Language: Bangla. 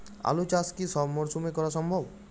আলু চাষ কি সব মরশুমে করা সম্ভব?